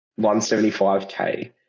175k